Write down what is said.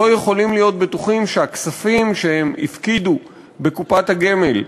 לא יכולים להיות בטוחים שהכספים שהם הפקידו בקופת גמל,